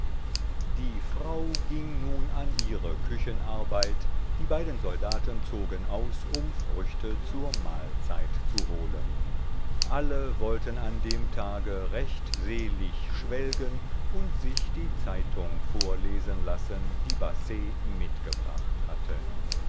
die frau ging nun an ihre küchenarbeit die beiden soldaten zogen aus um früchte zur mahlzeit zu holen alle wollten an dem tage recht selig schwelgen und sich die zeitung vorlesen lassen die basset mitgebracht hatte